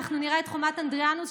אנחנו נראה את חומת אדריאנוס,